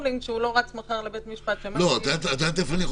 כמובן אם החברה מעוניינת לשמוע מראש זה הדבר הנכון לעשות,